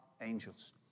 angels